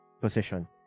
position